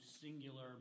singular